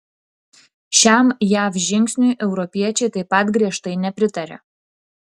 šiam jav žingsniui europiečiai taip pat griežtai nepritarė